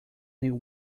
new